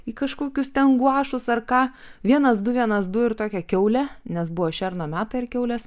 į kažkokius ten guašus ar ką vienas du vienas du ir tokia kiaulė nes buvo šerno metai ar kiaulės